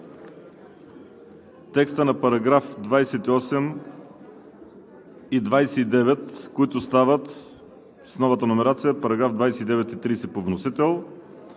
текста на параграфи 28 и 29, които стават с нова номерация § 29 и § 30 – по вносител;